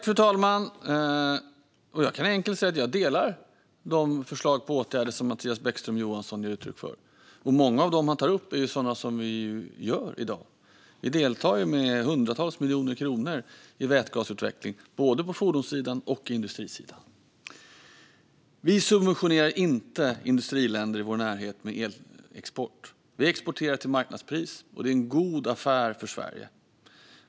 Fru talman! Jag delar de förslag på åtgärder som Mattias Bäckström Johansson ger uttryck för. Många av dem gör vi också i dag. Vi deltar med hundratals miljoner kronor i vätgasutveckling på både fordons och industrisidan. Vi subventionerar inte industriländer i vår närhet med elexport. Vi exporterar till marknadspris, och det är en god affär för Sverige.